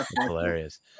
hilarious